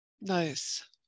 Nice